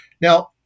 Now